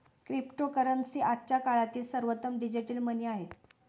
cryptocurrency आजच्या काळातील सर्वोत्तम डिजिटल मनी आहे